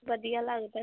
ਵਧੀਆ ਲੱਗਦਾ